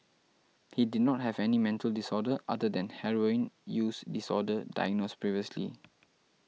he did not have any mental disorder other than heroin use disorder diagnosed previously